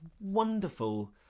wonderful